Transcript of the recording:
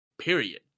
period